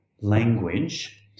language